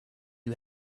you